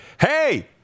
Hey